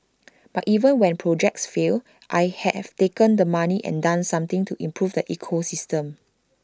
but even when projects fail I have taken the money and done something to improve the ecosystem